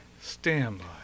standby